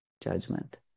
judgment